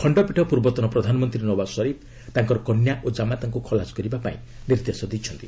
ଖଣ୍ଡପୀଠ ପୂର୍ବତନ ପ୍ରଧାନମନ୍ତ୍ରୀ ନୱାଜ ଶରିଫ୍ ତାଙ୍କର କନ୍ୟା ଓ ଜାମାତାଙ୍କୁ ଖଲାସ କରିବାପାଇଁ ନିର୍ଦ୍ଦେଶ ଦେଇଛନ୍ତି